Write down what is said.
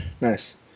Nice